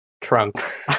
trunks